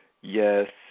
Yes